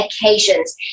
occasions